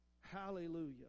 Hallelujah